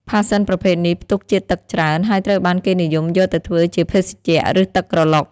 ផាសសិនប្រភេទនេះផ្ទុកជាតិទឹកច្រើន ហើយត្រូវបានគេនិយមយកទៅធ្វើជាភេសជ្ជៈ ឬទឹកក្រឡុក។